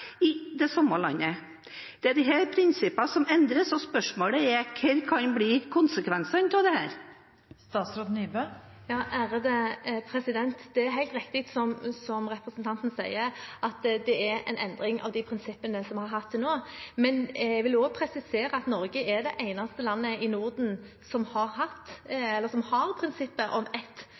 i det samme landet. Det er disse prinsippene som endres, og spørsmålet er: Hva kan bli konsekvensene av dette her? Det er helt riktig, som representanten sier, at det er en endring av de prinsippene som vi har hatt til nå, men jeg vil også presisere at Norge er det eneste landet i Norden som har prinsippet om ett statsborgerskap. Danmark endret sitt regelverk med virkning fra 1. september 2015. I tillegg har